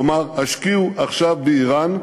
כלומר, הַשקיעו עכשיו באיראן,